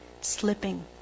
slipping